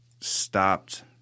stopped